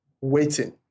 waiting